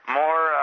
more